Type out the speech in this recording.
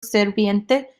sirviente